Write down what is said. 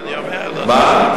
אתה יודע בדיוק למה אני מתכוון.